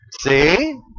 See